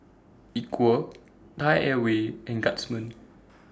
Equal Thai Airways and Guardsman